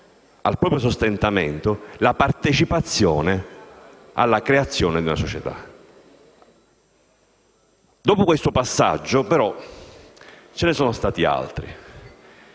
al proprio sostentamento la partecipazione alla creazione di una società. Dopo questo passaggio, però, ce ne sono stati altri.